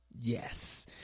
yes